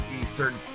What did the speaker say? Eastern